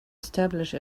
establish